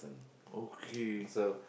okay